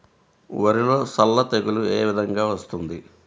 వరిలో సల్ల తెగులు ఏ విధంగా వస్తుంది?